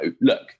look